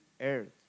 earth